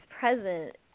present